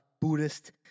Buddhist